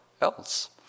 else